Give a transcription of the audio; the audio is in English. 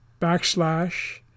backslash